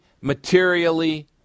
materially